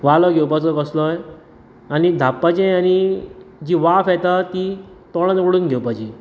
वालो घेवपाचो कसलोय आनी धापपाचें आनी जी वाफ येता ती तोंडान वोडून घेवपाची